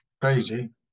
crazy